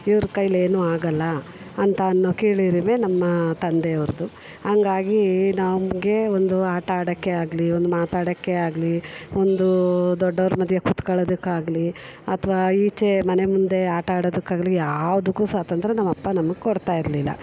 ಇವ್ರ ಕೈಲಿ ಏನೂ ಆಗೋಲ್ಲ ಅಂತ ಅನ್ನೋ ಕೀಳರಿಮೆ ನಮ್ಮ ತಂದೆಯವ್ರದ್ದು ಹಂಗಾಗಿ ನಮಗೆ ಒಂದು ಆಟ ಆಡೋಕ್ಕೆ ಆಗಲಿ ಒಂದು ಮಾತಾಡೋಕ್ಕೆ ಆಗಲಿ ಒಂದು ದೊಡ್ಡೋರ ಮಧ್ಯ ಕೂತ್ಕೊಳ್ಳೋದಕ್ಕಾಗ್ಲಿ ಅಥವಾ ಈಚೆ ಮನೆ ಮುಂದೆ ಆಟ ಆಡೋದಕ್ಕಾಗಲಿ ಯಾವುದಕ್ಕು ಸ್ವಾತಂತ್ರ್ಯ ನಮ್ಮಪ್ಪ ನಮಗೆ ಕೊಡ್ತಾ ಇರಲಿಲ್ಲ